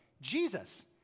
Jesus